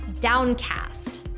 Downcast